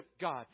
God